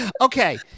okay